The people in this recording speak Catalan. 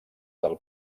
del